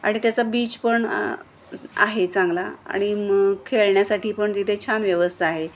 आणि त्याचा बीच पण आहे चांगला आणि मग खेळण्यासाठी पण तिथे छान व्यवस्था आहे